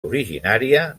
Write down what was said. originària